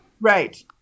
Right